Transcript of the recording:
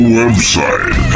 website